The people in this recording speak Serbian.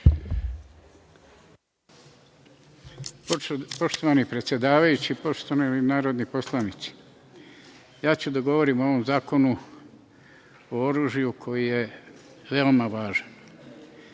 Poštovani predsedavajući, poštovani narodni poslanici, ja ću da govorim o ovom zakonu o oružju koji je veoma važan. Sa